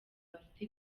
bafite